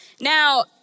Now